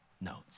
notes